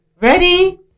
Ready